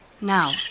Now